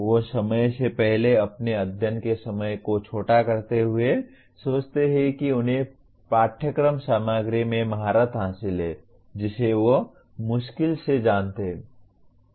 वे समय से पहले अपने अध्ययन के समय को छोटा करते हुए सोचते हैं कि उन्हें पाठ्यक्रम सामग्री में महारत हासिल है जिसे वे मुश्किल से जानते हैं